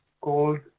called